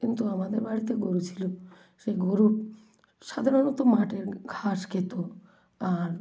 কিন্তু আমাদের বাড়িতে গরু ছিলো সেই গরু সাধারণত মাঠের ঘাস খেতো আর